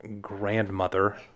grandmother